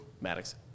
Maddox